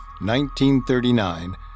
1939